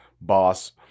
boss